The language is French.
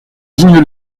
digne